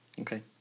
Okay